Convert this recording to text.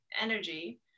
energy